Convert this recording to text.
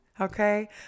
Okay